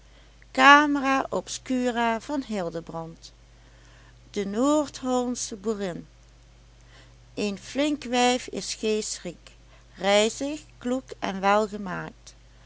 kring de noordhollandsche boerin een flink wijf is gees riek rijzig kloek en welgemaakt